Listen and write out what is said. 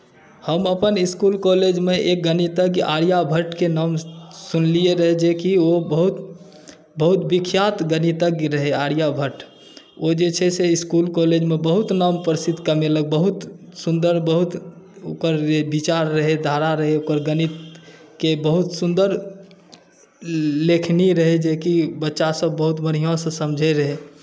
हम अपन इस्कुल कॉलेजमे एक गणितज्ञ आर्यभट्टके नाम सुनलियै रहए जेकि ओ बहुत विख्यात गणितज्ञ रहै आर्यभट्ट ओ जे छै से इस्कुल कॉलेजमे बहुत नाम प्रसिद्ध कमेलक बहुत सुन्दर बहुत ओकर जे विचार रहै धारा रहै ओकर गणितके बहुत सुन्दर लेखनी रहै जेकि बच्चासभ बहुत बढ़िआँसँ समझैत रहै